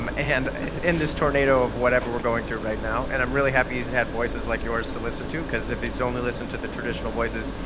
um and in this tornado of whatever we're going through right now, and i'm really happy he's had voices like yours to listen to, because if he only listened to the traditional voices,